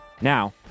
Now